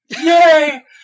yay